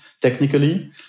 technically